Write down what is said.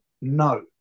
No